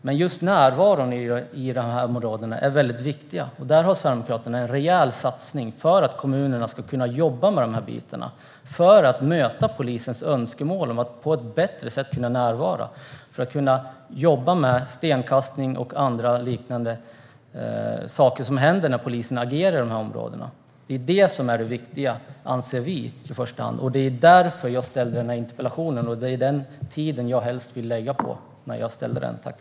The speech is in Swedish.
Men just närvaron i de här områdena är väldigt viktig, och Sverigedemokraterna har en rejäl satsning för att kommunerna ska kunna jobba med de här bitarna för att möta polisens önskemål om att på ett bättre sätt kunna närvara för att kunna jobba mot stenkastning och andra liknande saker som händer när polisen agerar i de här områdena. Det är det som är det viktiga i första hand, anser vi. Det var därför jag ställde den här interpellationen, och det är detta jag helst vill lägga tiden på.